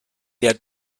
der